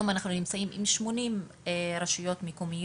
היום אנחנו נמצאים עם התוכנית הזאת ב-80 רשויות מקומיות.